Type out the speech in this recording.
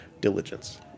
diligence